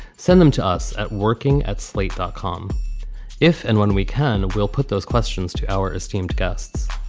send them to us at working at slate dotcom if and when we can. we'll put those questions to our esteemed guests